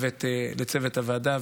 לצוות הוועדה,